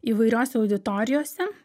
įvairiose auditorijose